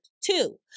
two